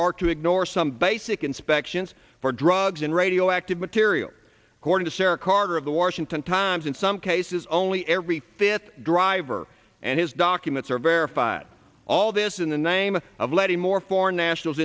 are to ignore some basic inspections for drugs and radioactive material according to sarah carter of the washington times in some cases only every fifth driver and his documents are verified all this in the name of letting more foreign nationals